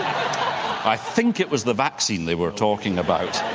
i think it was the vaccine they were talking about.